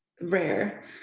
rare